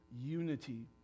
unity